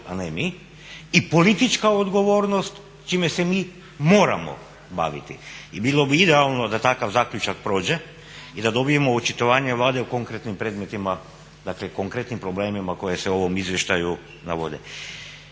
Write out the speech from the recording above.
a ne mi i politička odgovornost čime se mi moramo baviti. Bilo bi idealno da takav zaključak prođe i da dobijemo očitovanje Vlade o konkretnim predmetima, dakle konkretnim